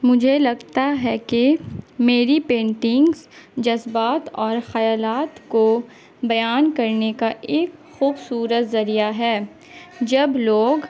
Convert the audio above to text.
مجھے لگتا ہے کہ میری پینٹنگس جذبات اور خیالات کو بیان کرنے کا ایک خوبصورت ذریعہ ہے جب لوگ